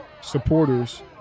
supporters